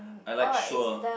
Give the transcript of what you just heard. I like sure